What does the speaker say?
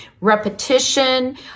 repetition